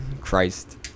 Christ